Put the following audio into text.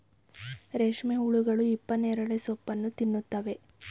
ರೇಷ್ಮೆ ಹುಳುಗಳು ಹಿಪ್ಪನೇರಳೆ ಸೋಪ್ಪನ್ನು ತಿನ್ನುತ್ತವೆ